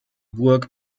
burg